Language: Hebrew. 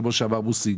כמו שאמר מוסי,